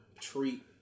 treat